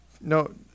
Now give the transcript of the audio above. no